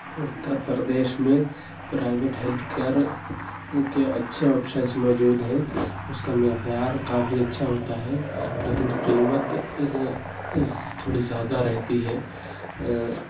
اُتر پردیش میں private health care کے اچھے آپشنس موجود ہیں اُس کا معیار کافی اچھا ہوتا ہے لیکن قیمت تھوڑی زیادہ رہتی ہے